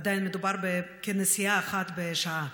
עדיין מדובר בכנסיעה אחת בשעה,